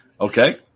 Okay